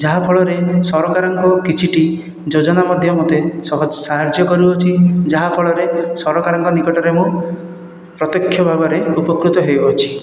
ଯାହାଫଳରେ ସରକାରଙ୍କ କିଛିଟି ଯୋଜନା ମଧ୍ୟ ମୋତେ ସାହାଯ୍ୟ କରୁଅଛି ଯାହା ଫଳରେ ସରକାରଙ୍କ ନିକଟରେ ମୁଁ ପ୍ରତ୍ୟକ୍ଷ ଭାବରେ ଉପକୃତ ହେଉଅଛି